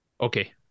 Okay